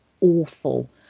awful